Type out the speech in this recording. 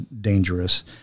dangerous